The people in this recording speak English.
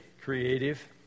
creative